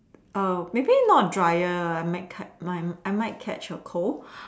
um maybe not dryer I might cut my I might catch a cold